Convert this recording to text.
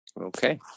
Okay